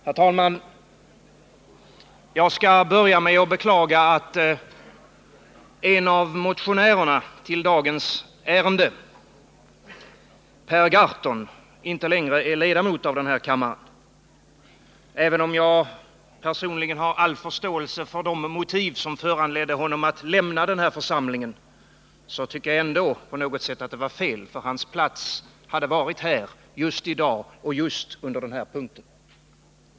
Herr talman! Jag skall börja med att beklaga att en av motionärerna i dagens ärende, Per Gahrton, inte längre är ledamot av den här kammaren. Även om jag personligen har all förståelse för de motiv som föranledde honom att lämna denna församling, så tycker jag ändå på något sätt att det var fel. Hans plats hade varit här just i dag och just under behandlingen av detta ärende.